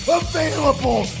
available